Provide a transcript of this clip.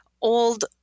old